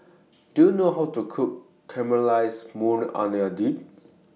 Do YOU know How to Cook Caramelized Maui Onion Dip